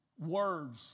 Words